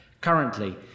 Currently